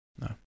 No